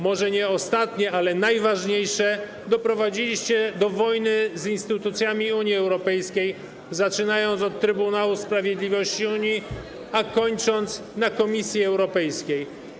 Może nie ostatnia, ale najważniejsza rzecz: doprowadziliście do wojny z instytucjami Unii Europejskiej, zaczynając od Trybunału Sprawiedliwości Unii, a kończąc na Komisji Europejskiej.